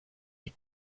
die